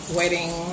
wedding